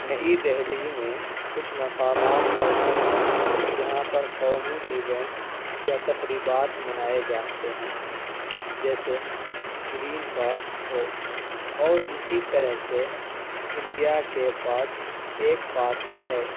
نئی دہلی میں کچھ مقامات ایسے ہیں جہاں پر قومی ایوینٹس یا تقریبات منائے جاتے ہیں جیسے گرین پارک ہو اور اسی طرح سے انڈیا کے پاس ایک پارک ہے